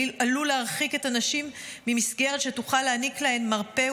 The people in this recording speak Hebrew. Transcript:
עלול להרחיק את הנשים ממסגרת שתוכל להעניק להן מרפא,